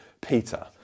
Peter